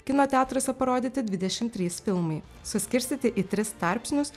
kino teatruose parodyti dvidešimt trys filmai suskirstyti į tris tarpsnius